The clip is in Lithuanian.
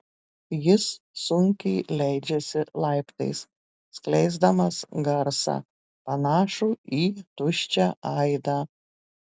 jis sunkiai leidžiasi laiptais skleisdamas garsą panašų į tuščią aidą